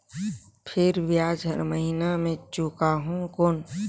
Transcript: फिर ब्याज हर महीना मे चुकाहू कौन?